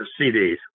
CDs